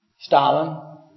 Stalin